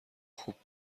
خوب